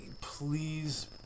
please